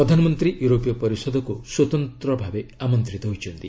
ପ୍ରଧାନମନ୍ତ୍ରୀ ୟୁରୋପୀୟ ପରିଷଦକୁ ସ୍ୱତନ୍ତ୍ରଭାବେ ଆମନ୍ତିତ ହୋଇଛନ୍ତି